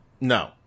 No